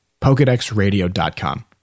pokedexradio.com